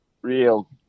Real